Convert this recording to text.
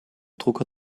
drucker